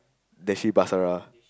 that she